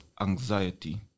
anxiety